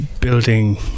building